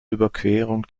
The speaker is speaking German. überquerung